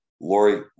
Lori